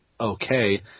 okay